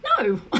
No